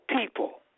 people